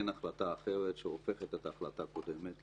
אין החלטה אחרת שהופכת את ההחלטה הקודמת,